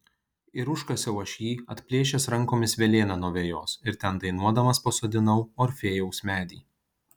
ir užkasiau aš jį atplėšęs rankomis velėną nuo vejos ir ten dainuodamas pasodinau orfėjaus medį